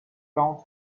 parents